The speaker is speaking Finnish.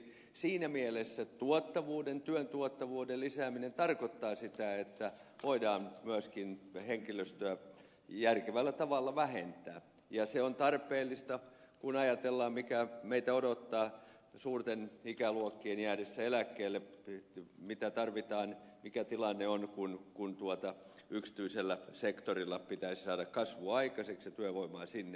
siinä mielessä työn tuottavuuden lisääminen tarkoittaa sitä että voidaan myöskin henkilöstöä järkevällä tavalla vähentää ja se on tarpeellista kun ajatellaan mikä meitä odottaa suurten ikäluokkien jäädessä eläkkeelle mikä tilanne on kun yksityisellä sektorilla pitäisi saada kasvua aikaiseksi ja työvoimaa sinne